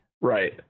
Right